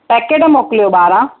packet मोकिलियो ॿारहं